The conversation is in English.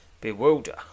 Bewilder